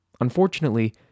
Unfortunately